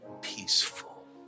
peaceful